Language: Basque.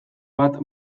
bat